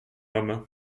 homme